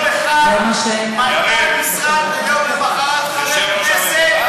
אחד מנכ"ל משרד ויום למחרת חבר כנסת?